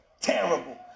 Terrible